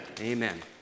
Amen